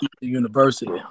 University